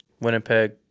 Winnipeg